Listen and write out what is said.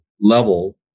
level